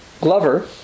Glover